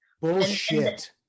Bullshit